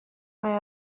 mae